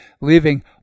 leaving